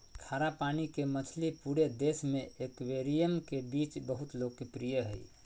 खारा पानी के मछली पूरे देश में एक्वेरियम के बीच बहुत लोकप्रिय हइ